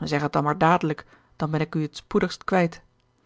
zeg het dan maar dadelijk dan ben ik u het spoedigst kwijt